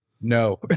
No